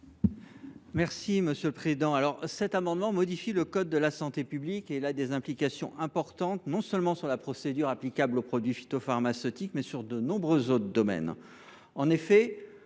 sur l’article. Cet article modifie le code de la santé publique et a des implications importantes, non seulement sur la procédure applicable aux produits phytopharmaceutiques, mais aussi dans de nombreux autres domaines.